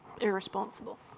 irresponsible